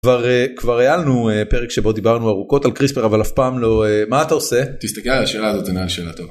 כבר כבר היה לנו פרק שבו דיברנו ארוכות על קריספר אבל אף פעם לא מה אתה עושה.